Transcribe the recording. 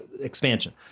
expansion